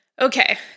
Okay